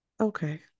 Okay